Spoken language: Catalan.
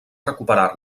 recuperar